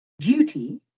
duty